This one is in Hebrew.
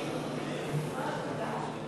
ההסתייגות של קבוצת סיעת חד"ש לסעיף 56(4) לא נתקבלה.